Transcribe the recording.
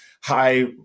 high